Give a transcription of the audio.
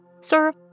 sir